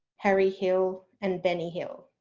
harry hill and benny hill.